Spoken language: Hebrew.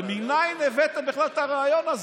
ומניין הבאתם בכלל את הרעיון הזה?